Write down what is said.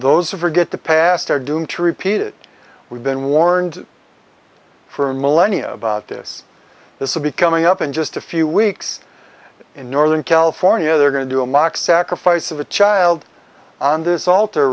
those who forget the past are doomed to repeat it we've been warned for millennia about this this will be coming up in just a few weeks in northern california they're going to do a mock sacrifice of a child on this alt